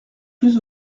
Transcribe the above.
plus